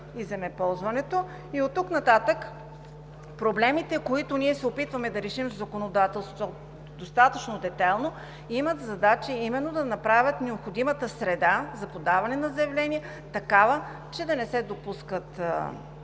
и оттук нататък проблемите, които ние се опитваме да решим в законодателството достатъчно детайлно, имат за задача именно да направят необходимата среда за подаване на заявления – такава, че да не се допускат